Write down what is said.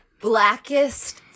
blackest